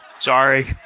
Sorry